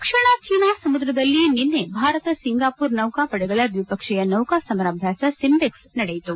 ದಕ್ಷಿಣ China ಸಮುದ್ರದಲ್ಲಿ ನಿನ್ನೆ Bharat Singapore ನೌಕಾಪಡೆಗಳ ದ್ವಿಪಕ್ಷೀಯ ನೌಕಾ ಸಮರಾಭ್ಯಾಸ ಸಿಂಬೆಕ್ಸ್ ನಡೆಯಿತು